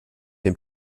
dem